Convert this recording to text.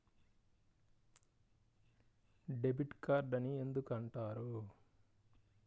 Debit card అని ఎందుకు అంటారు?